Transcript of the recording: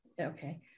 Okay